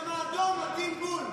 גם האדום מתאים בול,